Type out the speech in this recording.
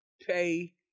pay